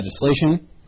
legislation